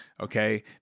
Okay